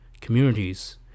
communities